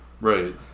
Right